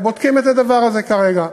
בודקים את הדבר הזה כרגע.